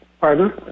Pardon